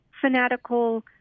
fanatical